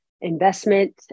investment